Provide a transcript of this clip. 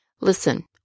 Listen